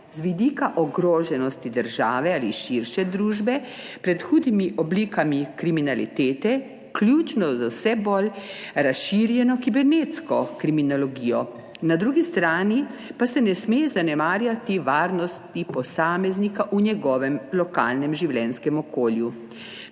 z vidika ogroženosti države ali širše družbe pred hudimi oblikami kriminalitete, vključno z vse bolj razširjeno kibernetsko kriminologijo. Na drugi strani pa se ne sme zanemarjati varnosti posameznika v njegovem lokalnem življenjskem okolju.